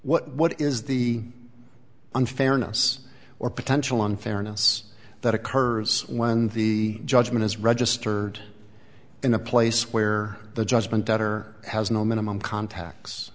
what what is the unfairness or potential unfairness that occurs when the judgment is registered in a place where the judgment debtor has no minimum contacts